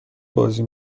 بازی